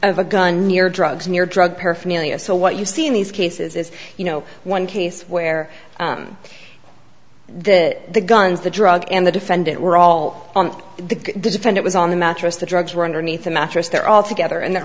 of a gun your drugs and your drug paraphernalia so what you see in these cases is you know one case where an the the guns the drug and the defendant were all on the defend it was on the mattress the drugs were underneath the mattress they're all together and they're